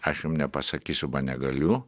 aš jum nepasakysiu negaliu